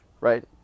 right